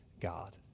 God